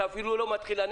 אתה אפילו לא מתחיל.